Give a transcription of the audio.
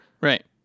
Right